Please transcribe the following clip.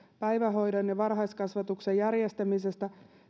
päivähoidon ja varhaiskasvatuksen järjestämisestä